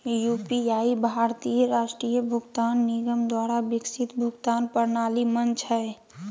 UPI भारतीय राष्ट्रीय भुगतान निगम द्वारा विकसित भुगतान प्रणाली मंच हइ